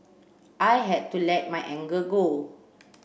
I had to let my anger go